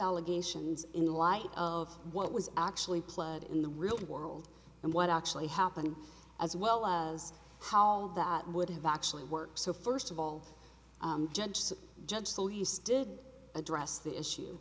allegations in the light of what was actually played in the real world and what actually happened as well as how that would have actually worked so first of all judge the judge so he's did address the issue